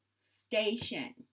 station